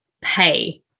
pay